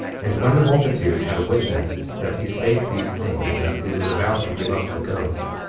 and when the multitude had witnessed that he spake these things as he was about to give up the ghost,